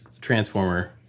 Transformer